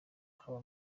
haba